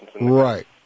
Right